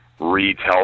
retell